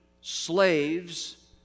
slaves